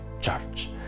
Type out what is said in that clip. church